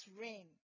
rain